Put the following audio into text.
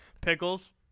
pickles